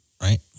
Right